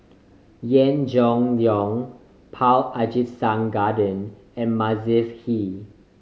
Yee Jenn Jong Paul Abisheganaden and Mavis Hee